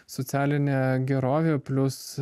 socialinė gerovė plius